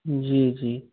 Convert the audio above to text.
जी जी